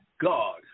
God